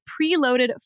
preloaded